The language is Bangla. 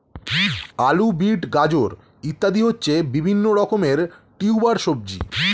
আলু, বিট, গাজর ইত্যাদি হচ্ছে বিভিন্ন রকমের টিউবার সবজি